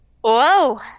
Whoa